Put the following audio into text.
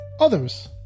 others